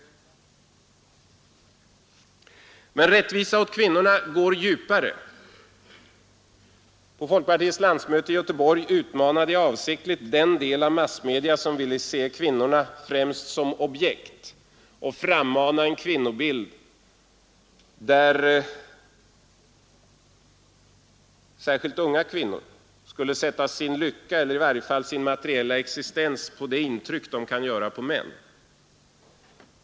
Men frågan om rättvisa åt kvinnorna går ännu djupare. På folkpartiets landsmöte i Göteborg utmanade jag avsiktligt den del av massmedia som vill se kvinnorna främst som objekt och skapa en kvinnobild, där kvinnorna sätter sin lycka eller i varje fall sin materiella existens i samband med det intryck de kan göra på män.